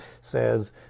says